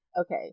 Okay